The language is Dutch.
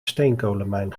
steenkolenmijn